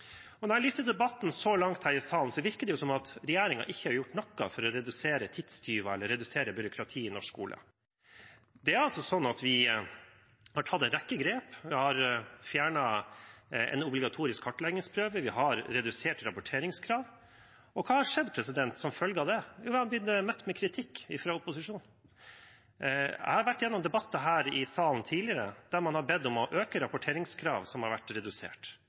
Når jeg lytter til debatten her i salen så langt, virker det som om regjeringen ikke har gjort noe for å redusere antall tidstyver eller redusere byråkratiet i norsk skole. Det er altså slik at vi har tatt en rekke grep. Vi har fjernet en obligatorisk kartleggingsprøve, vi har redusert rapporteringskrav, og hva har skjedd som følge av det? Det er blitt møtt med kritikk fra opposisjonen. Jeg har vært gjennom debatter her i salen tidligere der man har bedt om å øke rapporteringskrav som er blitt redusert,